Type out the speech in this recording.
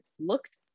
looked